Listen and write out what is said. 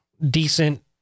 decent